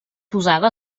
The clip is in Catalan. posada